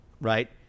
right